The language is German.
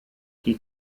die